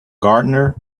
gardener